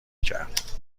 کرد